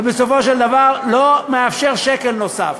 ובסופו של דבר לא מאפשר שקל נוסף.